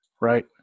right